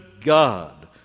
God